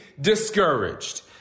discouraged